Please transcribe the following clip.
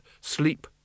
sleep